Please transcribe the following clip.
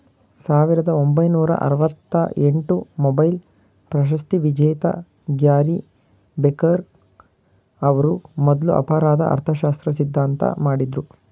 ಸಾವಿರದ ಒಂಬೈನೂರ ಆರವತ್ತಎಂಟು ಮೊಬೈಲ್ ಪ್ರಶಸ್ತಿವಿಜೇತ ಗ್ಯಾರಿ ಬೆಕರ್ ಅವ್ರು ಮೊದ್ಲು ಅಪರಾಧ ಅರ್ಥಶಾಸ್ತ್ರ ಸಿದ್ಧಾಂತ ಮಾಡಿದ್ರು